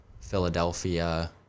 Philadelphia